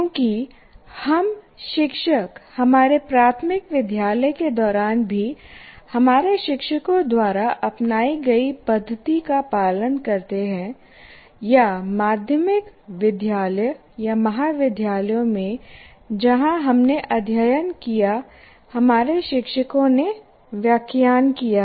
क्योंकि हम शिक्षक हमारे प्राथमिक विद्यालय के दौरान भी हमारे शिक्षकों द्वारा अपनाई गई पद्धति का पालन करते हैं या माध्यमिक विद्यालय या महाविद्यालयों में जहाँ हमने अध्ययन किया हमारे शिक्षकों ने व्याख्यान दिया